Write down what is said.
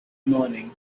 moaning